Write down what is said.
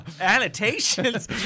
Annotations